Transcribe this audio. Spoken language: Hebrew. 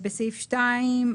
בסעיף 2,